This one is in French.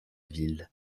ville